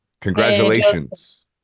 Congratulations